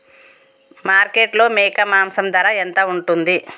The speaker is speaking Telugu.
మార్కెట్లో మేక మాంసం ధర ఎంత ఉంటది?